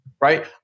right